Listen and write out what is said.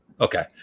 Okay